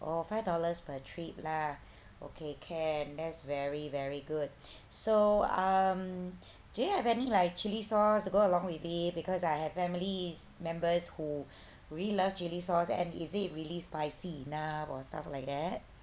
oh five dollars per trip lah okay can that's very very good so um do you have any like chilli sauce to go along with it because I have families members who who really love chilli sauce and is it really spicy enough or stuff like that